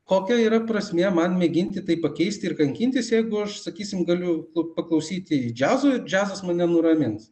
kokia yra prasmė man mėginti tai pakeisti ir kankintis jeigu aš sakysim galiu paklausyti džiazo ir džiazas mane nuramins